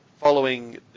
following